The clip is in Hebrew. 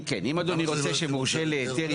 אם אתה רוצה מורשה להיתר?